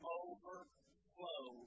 overflow